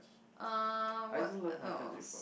uh what else